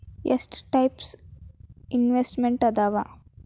ಎಷ್ಟ types investments ಅದಾವ